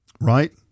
Right